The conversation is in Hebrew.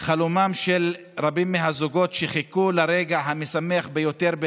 חלומם של רבים מהזוגות שחיכו לרגע המשמח ביותר בחייהם,